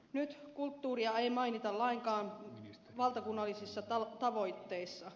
nyt kulttuuria ei mainita lainkaan valtakunnallisissa tavoitteissa